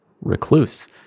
Recluse